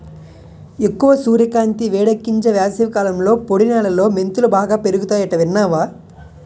ఎక్కువ సూర్యకాంతి, వేడెక్కించే వేసవికాలంలో పొడి నేలలో మెంతులు బాగా పెరుగతాయట విన్నావా